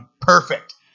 perfect